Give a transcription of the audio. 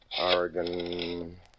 Oregon